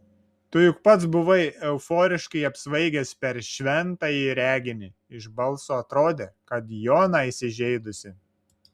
tu juk pats buvai euforiškai apsvaigęs per šventąjį reginį iš balso atrodė kad jona įsižeidusi